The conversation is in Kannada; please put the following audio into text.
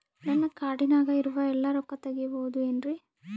ನನ್ನ ಕಾರ್ಡಿನಾಗ ಇರುವ ಎಲ್ಲಾ ರೊಕ್ಕ ತೆಗೆಯಬಹುದು ಏನ್ರಿ?